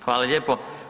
Hvala lijepo.